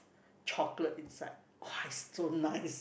chocolate inside !wah! is so nice